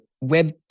Web